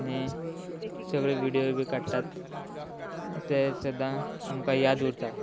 आनी सगळे विडियो बी काडटात ते सदां आमकां याद उरतात